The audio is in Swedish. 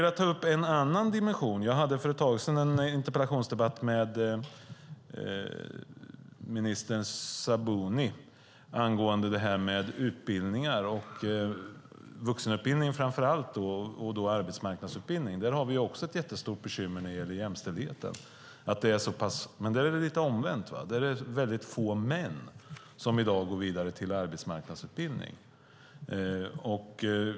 Jag hade för ett tag sedan en interpellationsdebatt med minister Sabuni angående utbildningar, framför allt vuxenutbildning och då arbetsmarknadsutbildning. Där har vi också ett stort bekymmer när det gäller jämställdhet. Där är det omvänt. Det är få män som i dag går vidare till arbetsmarknadsutbildning.